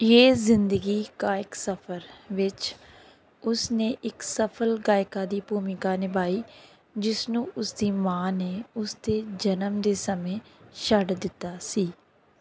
ਯੇ ਜ਼ਿੰਦਗੀ ਕਾ ਇੱਕ ਸਫਰ ਵਿੱਚ ਉਸ ਨੇ ਇੱਕ ਸਫਲ ਗਾਇਕਾ ਦੀ ਭੂਮਿਕਾ ਨਿਭਾਈ ਜਿਸ ਨੂੰ ਉਸ ਦੀ ਮਾਂ ਨੇ ਉਸ ਦੇ ਜਨਮ ਦੇ ਸਮੇਂ ਛੱਡ ਦਿੱਤਾ ਸੀ